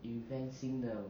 invent 新的